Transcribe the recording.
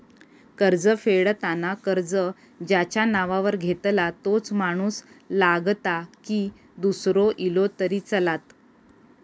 कर्ज फेडताना कर्ज ज्याच्या नावावर घेतला तोच माणूस लागता की दूसरो इलो तरी चलात?